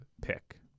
pick